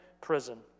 prison